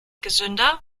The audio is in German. gesünder